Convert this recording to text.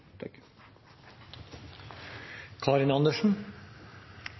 representanten Karin Andersen